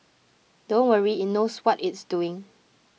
don't worry it knows what it's doing